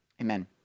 Amen